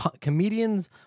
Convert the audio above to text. comedians